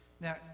now